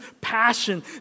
passion